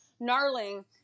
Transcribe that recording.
gnarling